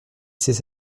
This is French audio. ses